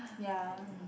ya